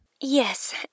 Yes